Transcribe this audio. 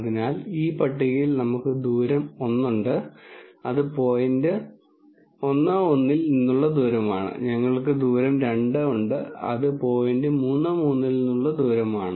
അതിനാൽ ഈ പട്ടികയിൽ നമുക്ക് ദൂരം ഒന്ന് ഉണ്ട് അത് പോയിന്റ് 1 1 ൽ നിന്നുള്ള ദൂരമാണ് ഞങ്ങൾക്ക് ദൂരം രണ്ട് ഉണ്ട് അത് പോയിന്റ് 3 3 ൽ നിന്നുള്ള ദൂരമാണ്